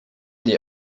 die